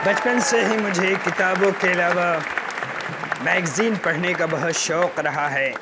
بچپن سے ہی مجھے کتابوں کے علاوہ میگزین پڑھنے کا بہت شوق رہا ہے